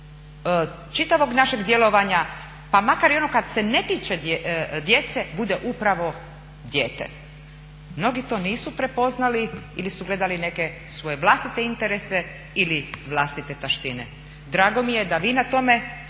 čitavog našeg djelovanja pa makar i ono kada se ne tiče djece, bude upravo dijete. Mnogi to nisu prepoznali ili su gledali neke svoje vlastite interese ili vlastite taštine. Drago mi je da vi na tome